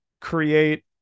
create